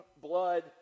blood